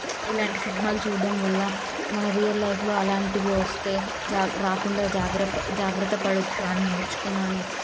ఇలాంటి సినిమాలు చూడ్డం వల్ల మన రియల్ లైఫ్లో అలాంటివి వస్తే రాకుండా జాగ్ర జాగ్రత్త పడొచ్చు అని నేర్చుకున్నాను